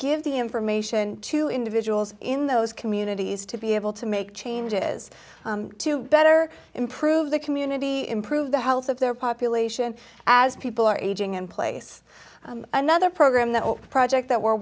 give the information to individuals in those communities to be able to make changes to better improve the community improve the health of their population as people are aging in place another program that project that we're